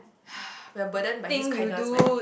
we're burdened by this kindness man